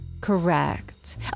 correct